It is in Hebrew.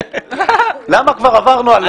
על ה-למה כבר עברנו.